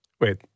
Wait